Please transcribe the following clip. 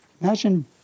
Imagine